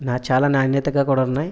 చాలా నాణ్యతగా కూడా ఉన్నాయి